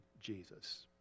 Jesus